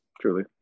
Truly